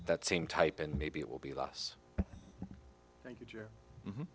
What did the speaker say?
that same type and maybe it will be less